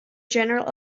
general